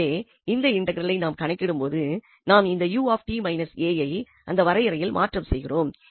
எனவே இந்த இன்டெக்ரலை நாம் கணக்கிடும்போது நாம் இந்த uஐ அந்த வரையறையில் மாற்றம் செய்கிறோம்